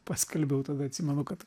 paskelbiau tada atsimenu kad